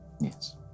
Yes